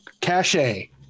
Cache